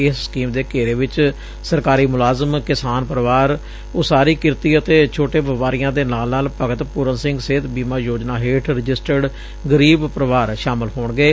ਇਸ ਸਕੀਮ ਦੇ ਘੇਰੇ ਵਿੱਚ ਸਰਕਾਰੀ ਮੁਲਾਜ਼ਮ ਕਿਸਾਨ ਪਰਿਵਾਰ ਉਸਾਰੀ ਕਿਰਤੀ ਤੇ ਛੋਟੇ ਵਪਾਰੀਆਂ ਦੇ ਨਾਲ ਨਾਲ ਭਗਤ ਪੂਰਨ ਸਿੰਘ ਸਿਹਤ ਬੀਮਾ ਯੋਜਨਾ ਹੇਠ ਰਜਿਸਟਰਡ ਗਰੀਬ ਪਰਿਵਾਰ ਸ਼ਾਮਲ ਹੋਣਗੇ